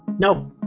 no.